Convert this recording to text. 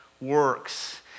works